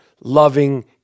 Loving